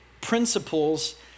principles